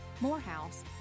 Morehouse